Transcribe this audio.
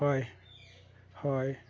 হয় হয়